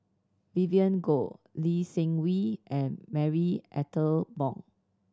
Vivien Goh Lee Seng Wee and Marie Ethel Bong